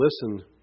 listen